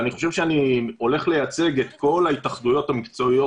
אני חושב שאני הולך לייצג את כל ההתאחדויות המקצועיות